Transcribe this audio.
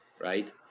right